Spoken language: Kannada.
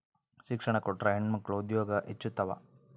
ಶಿಕ್ಷಣ ಕೊಟ್ರ ಹೆಣ್ಮಕ್ಳು ಉದ್ಯೋಗ ಹೆಚ್ಚುತಾವ